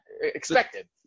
expected